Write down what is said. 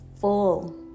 full